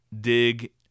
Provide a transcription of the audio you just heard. dig